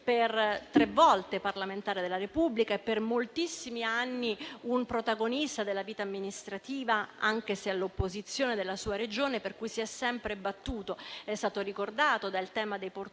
per quattro volte parlamentare della Repubblica e per moltissimi anni protagonista della vita amministrativa, anche se all'opposizione, della sua Regione, per la quale si è sempre battuto, com'è stato ricordato: dal tema dei portuali